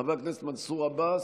חבר הכנסת מנסור עבאס,